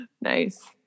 Nice